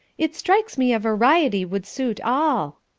it strikes me a variety would suit all,